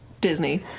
disney